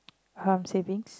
hm savings